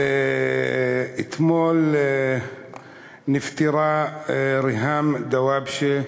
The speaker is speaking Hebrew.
אתמול נפטרה ריהאם דוואבשה,